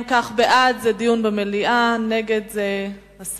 אם כך, בעד זה דיון במליאה, נגד, הסרה.